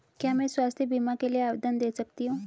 क्या मैं स्वास्थ्य बीमा के लिए आवेदन दे सकती हूँ?